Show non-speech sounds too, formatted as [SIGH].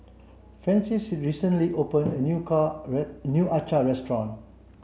Francies recently opened a new car [UNINTELLIGIBLE] new acar restaurant